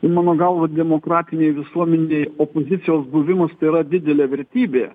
mano galva demokratinėj visuomenėj opozicijos buvimas tai yra didelė vertybė